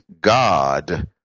God